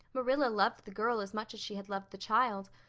marilla loved the girl as much as she had loved the child,